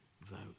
vote